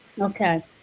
Okay